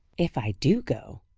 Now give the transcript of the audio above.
if i do go.